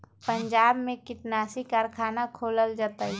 पंजाब में कीटनाशी कारखाना खोलल जतई